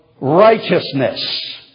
Righteousness